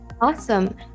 Awesome